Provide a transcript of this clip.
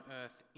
earth